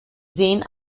sehen